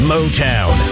Motown